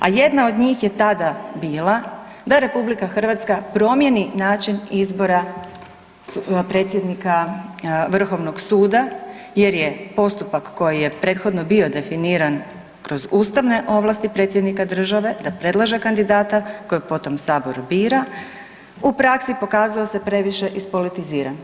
A jedna od njih je tada bila da RH promijeni način izbora predsjednika vrhovnog suda jer je postupak koji je prethodno bio definiran kroz ustavne ovlasti predsjednika države da predlaže kandidata kojeg potom sabor bira, u praksi pokazao se previše ispolitiziran.